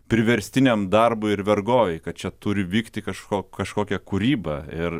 priverstiniam darbui ir vergovei kad čia turi vykti kažko kažkokia kūryba ir